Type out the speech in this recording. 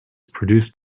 produced